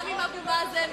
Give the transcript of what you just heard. גם עם אבו מאזן,